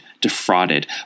defrauded